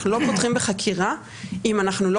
אנחנו לא פותחים בחקירה אם אנחנו לא